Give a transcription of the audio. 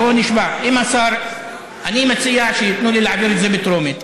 אני מציע שייתנו לי להעביר את זה בטרומית.